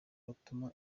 batuma